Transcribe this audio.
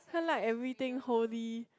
turn like everything wholey